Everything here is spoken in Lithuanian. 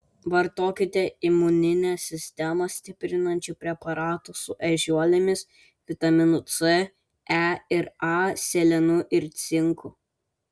vartokite imuninę sistemą stiprinančių preparatų su ežiuolėmis vitaminu c e ir a selenu ir cinku